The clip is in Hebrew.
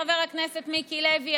חבר הכנסת מיקי לוי,